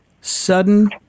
Sudden